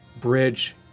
bridge